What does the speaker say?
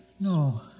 No